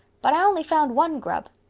but i only found one grub.